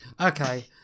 Okay